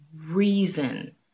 reason